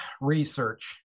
research